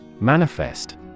Manifest